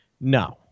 no